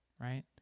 Right